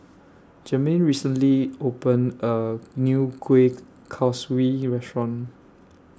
Germaine recently opened A New Kuih Kaswi Restaurant